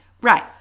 right